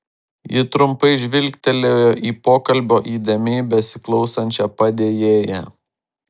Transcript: ji trumpai žvilgtelėjo į pokalbio įdėmiai besiklausančią padėjėją